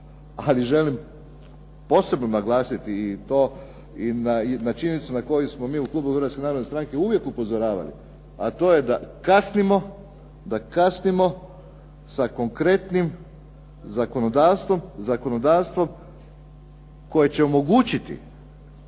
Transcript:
ali želim osobno naglasiti i to na činjenicu na koju smo mi u klubu Hrvatske narodne stranke uvijek upozoravali, a to je da kasnimo, da kasnimo sa konkretnim zakonodavstvom koje će omogućiti